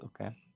okay